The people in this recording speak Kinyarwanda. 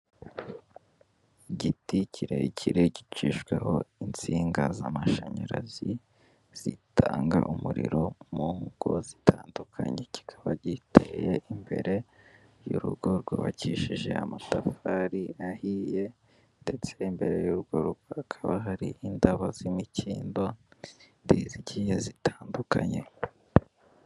Igiti kirekire gicishwaho insinga z'amashanyarazi, zitanga umuriro mu ngo zitandukanye, kikaba giteye imbere y'urugo rwubakishije amatafari ahiye ndetse imbere y'urwo rugo hakaba hari indabo z'imikindo ziteye zigiye zitandukanye.